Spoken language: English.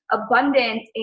abundance